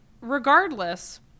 regardless